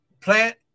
plant